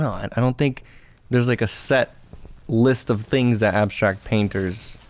know, and i don't think there's like a set list of things that abstract painters